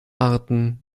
arten